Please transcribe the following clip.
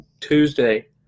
Tuesday